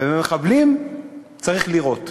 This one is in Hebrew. ובמחבלים צריך לירות.